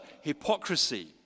hypocrisy